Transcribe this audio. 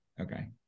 okay